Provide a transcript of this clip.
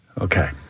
Okay